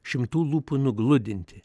šimtų lūpų nugludinti